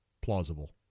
plausible